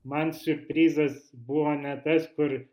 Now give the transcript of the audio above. man siurprizas buvo ne tas kuris